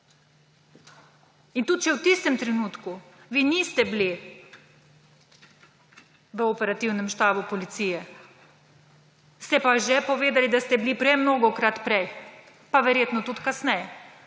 In tudi če v tistem trenutku vi niste bili v operativnem štabu policije, ste pa že povedali, da ste bili premnogokrat prej, pa verjetno tudi kasneje.